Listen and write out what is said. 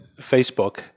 Facebook